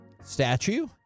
statue